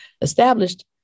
established